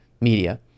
media